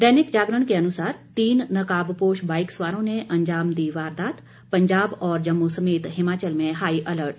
दैनिक जागरण के अनुसार तीन नकाबपोश बाईक सवारों ने अंजाम दी वारदात पंजाब और जम्मू समेत हिमाचल में हाई अलर्ट